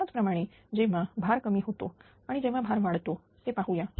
त्याचप्रमाणे जेव्हा भार कमी होतो आणि जेव्हा भार वाढतो ते पाहूया